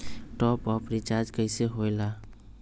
Top up recharge कइसे होएला?